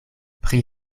pri